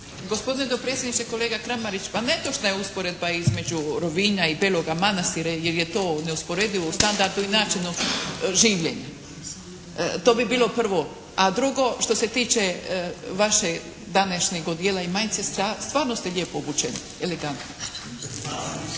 Gospodine dopredsjedniče, kolega Kramarić! Netočna je usporedba između Rovinja i Beloga Manastira jer je to neusporedivo u standardu i načinu življenja. To bi bilo prvo. A drugo, što se tiče vašeg današnjeg odijela i majice, stvarno ste lijepo obučeni, elegantno.